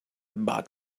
bug